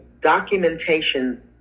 documentation